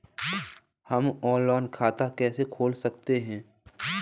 हम ऑनलाइन खाता कैसे खोल सकते हैं?